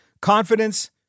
Confidence